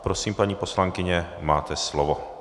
Prosím, paní poslankyně, máte slovo.